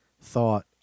thought